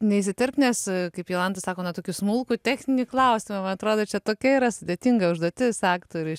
neįsiterpt nes kaip jolanta sako nuo tokių smulkų techninį klausimą man atrodo čia tokia yra sudėtinga užduotis aktoriui